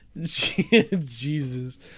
Jesus